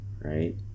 right